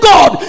God